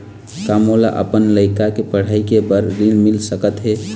का मोला अपन लइका के पढ़ई के बर ऋण मिल सकत हे?